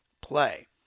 play